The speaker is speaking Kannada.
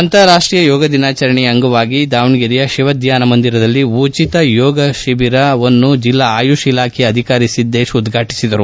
ಅಂತರಾಷ್ಟೀಯ ಯೋಗ ದಿನಾಚರಣೆಯ ಅಂಗವಾಗಿ ದಾವಣಗೆರೆಯ ಶಿವಧ್ಯಾನ ಮಂದಿರದಲ್ಲಿ ಉಚಿತ ಯೋಗ ಶಿಬಿರ ವನ್ನು ಜಿಲ್ಲಾ ಆಯುಷ್ ಇಲಾಖೆಯ ಅಧಿಕಾರಿ ಸಿದ್ದೇಶ್ ಉದ್ಘಾಟಿಸಿದರು